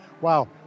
wow